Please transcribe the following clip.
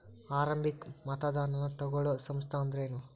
ಆರಂಭಿಕ್ ಮತದಾನಾ ತಗೋಳೋ ಸಂಸ್ಥಾ ಅಂದ್ರೇನು?